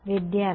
വിദ്യാർത്ഥി